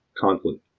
conflict